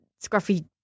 scruffy